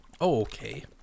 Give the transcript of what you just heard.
Okay